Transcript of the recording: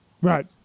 Right